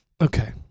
Okay